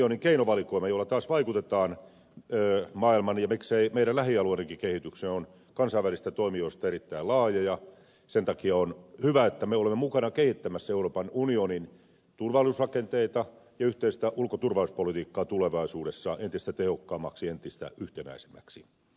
unionin keinovalikoima jolla taas vaikutetaan maailman ja miksei meidän lähialueidemmekin kehitykseen on kansainvälisten toimijoiden joukossa erittäin laaja ja sen takia on hyvä että me olemme mukana kehittämässä euroopan unionin turvallisuusrakenteita ja yhteistä ulko ja turvallisuuspolitiikkaa tulevaisuudessa entistä tehokkaammaksi entistä yhtenäisemmäksi